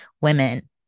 women